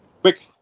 quick